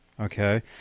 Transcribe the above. Okay